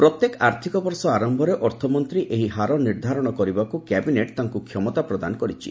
ପ୍ରତ୍ୟେକ ଆର୍ଥିକ ବର୍ଷ ଆରମ୍ଭରେ ଅର୍ଥମନ୍ତ୍ରୀ ଏହି ହାର ନିର୍ଦ୍ଧାରଣ କରିବାକୁ କ୍ୟାବିନେଟ୍ ତାଙ୍କୁ କ୍ଷମତା ପ୍ରଦାନ କରିଛି